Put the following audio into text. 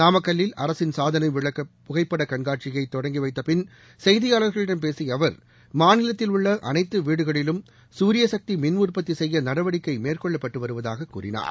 நாமக்கல்லில் அரசின் சாதனை விளக்க புகைப்படக் கண்காட்சியை தொடங்கி வைத்தபின் செய்தியாளர்களிடம் பேசிய அவர் மாநிலத்தில் உள்ள அனைத்து வீடுகளிலும் சூரியசக்தி மின் உற்பத்தி செய்ய நடவடிக்கை மேற்கொள்ளப்பட்டு வருவதாகக் கூறினார்